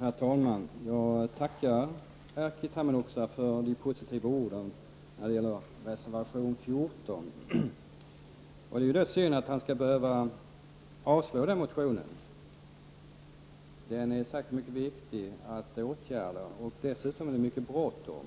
Herr talman! Jag tackar Erkki Tammenoksa för de positiva orden om reservation nr 14. Det är därför synd att han yrkar avslag på den reservationen. Det är viktigt att åtgärder sätts in samtidigt som det är mycket bråttom.